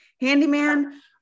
Handyman